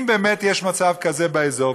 אם באמת יש מצב כזה באזור,